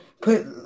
put